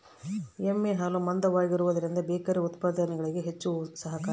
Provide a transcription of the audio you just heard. ಎಮ್ಮೆ ಹಾಲು ಮಂದವಾಗಿರುವದರಿಂದ ಬೇಕರಿ ಉತ್ಪಾದನೆಗೆ ಹೆಚ್ಚು ಸಹಕಾರಿ